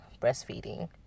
breastfeeding